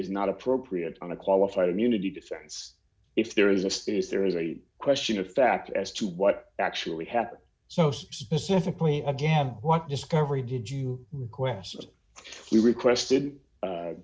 is not appropriate on a qualified immunity to sense if there is a is there is a question of fact as to what actually happened so specifically again what discovery did you request we requested